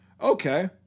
Okay